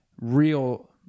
real